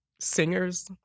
singers